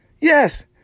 Yes